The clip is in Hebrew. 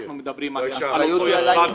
אנחנו מדברים על --- בצינורות.